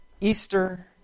Easter